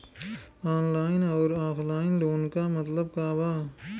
Online अउर offline loan क मतलब का बा?